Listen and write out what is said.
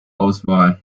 auswahl